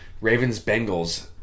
Ravens-Bengals –